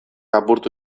apurtu